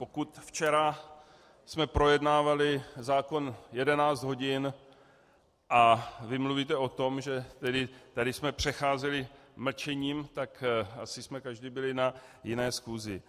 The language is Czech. Pokud včera jsme projednávali zákon 11 hodin a vy mluvíte o tom, že tady jsme přecházeli mlčením, tak asi jsme asi každý byli na jiné schůzi.